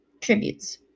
Tributes